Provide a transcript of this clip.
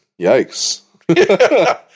Yikes